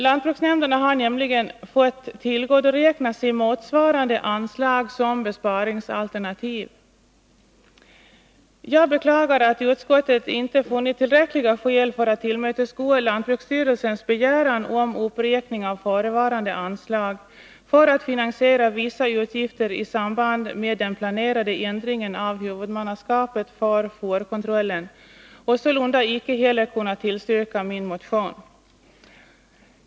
Lantbruksnämnderna har fått tillgodoräkna sig motsvarande anslag som besparingsalternativ. Jag beklagar att utskottet inte funnit tillräckliga skäl för att tillmötesgå lantbruksstyrelsens begäran om uppräkning av förevarande anslag för att finansiera vissa utgifter i samband med den planerade ändringen av huvudmannaskapet för fårkontrollen och sålunda icke heller kunnat tillstyrka motionen.